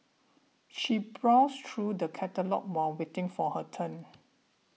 she browsed through the catalogues while waiting for her turn